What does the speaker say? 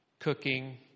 Cooking